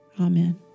Amen